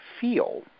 feel